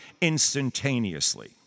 instantaneously